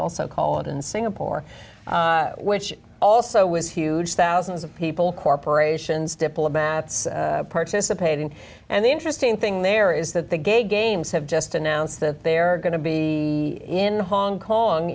also call it in singapore which also was huge thousands of people corporations diplomats participating and the interesting thing there is that the gay games have just announced that they are going to be in hong kong